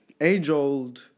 age-old